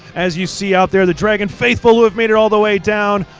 as you see out there, the dragon faithful have made it all the way down.